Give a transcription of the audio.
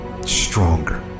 stronger